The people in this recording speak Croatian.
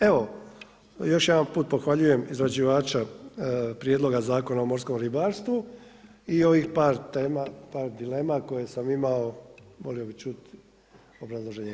Evo još jedan put pohvaljujem izrađivača prijedloga Zakona o morskom ribarstvu i ovih par tema, par dilema koje sam imao volio bi čut obrazloženje.